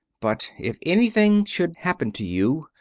but if anything should happen to you,